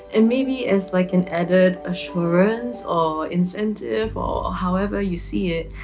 and maybe as like an added assurance or incentive or however you see it,